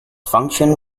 function